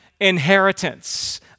inheritance